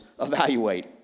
evaluate